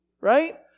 right